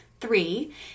three